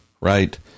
right